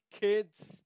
kids